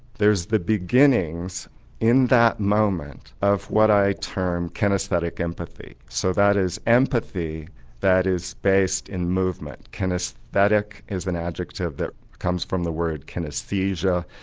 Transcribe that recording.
there's the beginnings in that moment, of what i term kinaesthetic empathy so that is empathy that is based in movement. kinaesthetic is an adjective that comes from the word kinaesthesia,